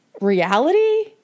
reality